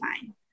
fine